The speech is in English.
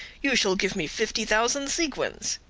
you shall give me fifty thousand sequins.